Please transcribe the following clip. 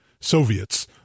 Soviets